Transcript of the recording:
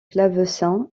clavecin